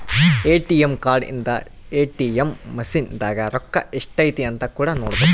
ATM card ಇಂದ ATM machine ದಾಗ ರೊಕ್ಕ ಎಷ್ಟೈತೆ ಅಂತ ಕೂಡ ನೊಡ್ಬೊದು